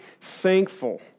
thankful